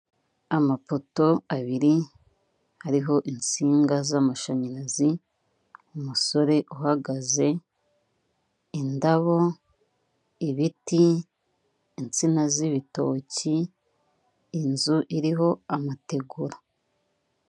Amapoto abiri ariho insinga z'amashanyarazi umusore uhagaze indabo, ibiti, insina z'ibitoki, inzu iriho amategura.